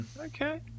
Okay